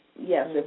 Yes